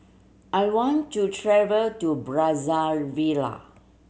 I want to travel to Brazzaville